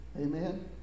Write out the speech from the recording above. Amen